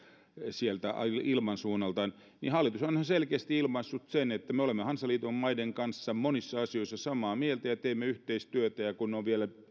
sieltä ilmansuunnalta hallitushan on ihan selkeästi ilmaissut sen että me olemme hansaliiton maiden kanssa monissa asioissa samaa mieltä ja teemme yhteistyötä kun ne ovat vielä